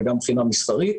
וגם מבחינה מוסרית,